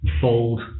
fold